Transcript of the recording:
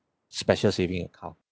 special saving account